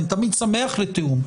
אני תמיד שמח לתיאום,